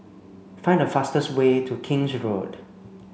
find the fastest way to King's Road